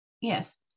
yes